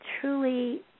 truly